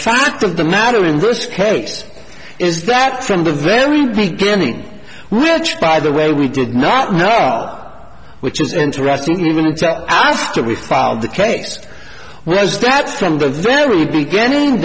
fact of the matter in this case is that from the very beginning rich by the way we did not know which is interesting even after we filed the case was that from the very beginning